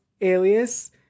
Alias